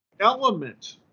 element